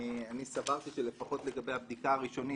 אני סברתי שלפחות לגבי הבדיקה הראשונית,